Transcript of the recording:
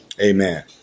Amen